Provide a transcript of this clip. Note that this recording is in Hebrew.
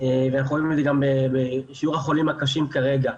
ואנחנו רואים את זה גם בשיעור החולים הקשים כרגע,